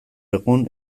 egun